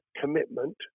commitment